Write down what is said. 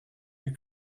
you